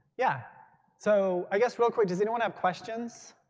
yeah so i guess real quick, does anyone have questions?